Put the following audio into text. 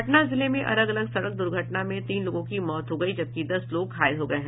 पटना जिले में अलग अलग सड़क दुर्घटना में तीन लोगों की मौत हो गयी जबकि दस लोग घायल हो गये हैं